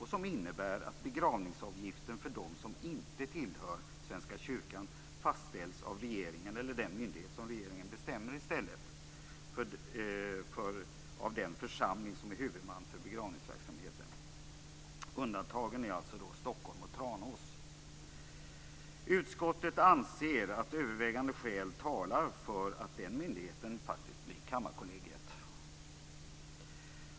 Det innebär att begravningsavgiften för dem som inte tillhör Svenska kyrkan fastställs av regeringen eller den myndighet som regeringen bestämmer i stället för av den församling som är huvudman för begravningsverksamheten. Undantagen är alltså Stockholm och Tranås. Utskottet anser att övervägande skäl talar för att den myndigheten blir Kammarkollegiet.